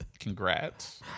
Congrats